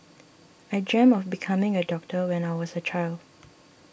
I dreamt of becoming a doctor when I was a child